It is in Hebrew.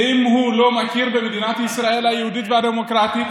אם הוא לא מכיר במדינת ישראל היהודית והדמוקרטית,